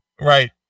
Right